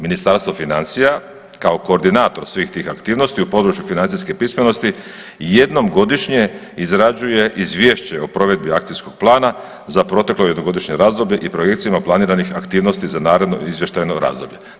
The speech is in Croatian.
Ministarstvo financija kao koordinator svih tih aktivnosti u području financijske pismenosti, jednom godišnje izgrađuje izvješće o provedbi akcijskog plana za proteklo jednogodišnje razdoblje i projekcijama planiranih aktivnosti za naredno izvještajno razdoblje.